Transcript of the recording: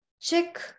Check